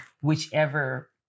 whichever